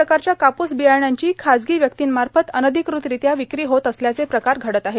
प्रकारच्या कापूस बियाण्यांची खाजगी व्यक्तींमार्फत अनधिकृतरित्या विक्री होत असल्याचे प्रकार घडत आहेत